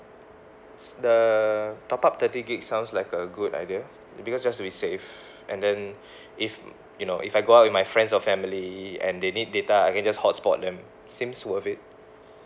the top up thirty gigabyte sounds like a good idea because just to be safe and then if mm you know if I go out with my friends or family and they need data I can just hotspot them seems worth it